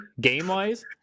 game-wise